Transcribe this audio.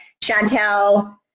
Chantel